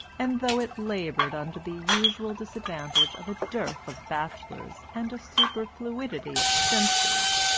and though it laboured under the usual disadvantage of a dearth of bachelors and a superfluity of spinsters,